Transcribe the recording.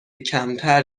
کمتر